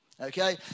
okay